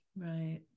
Right